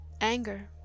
Anger